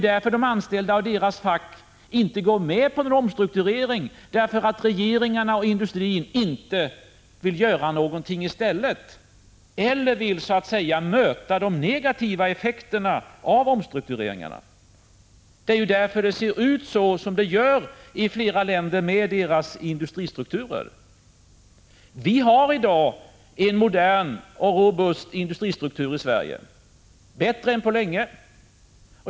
De anställda och deras fack går inte med på någon omstrukturering därför att regeringarna och industrin inte vill göra något i stället — eller inte vill, så att säga, möta de negativa effekterna av omstruktureringarna. Det är ju därför som det ser ut som det gör i flera länder med deras industristrukturer. Vi har i dag en modern och robust industristruktur i Sverige — bättre än på länge.